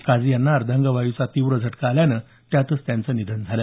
काझी यांना अर्धांगवायूचा तीव्र झटका आल्यानं त्यातच त्यांचं निधन झालं